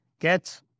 get